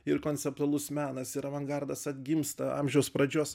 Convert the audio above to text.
ir konceptualus menas ir avangardas atgimsta amžiaus pradžios